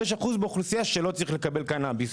יש אחוז באוכלוסייה שלא צריך לקבל קנביס.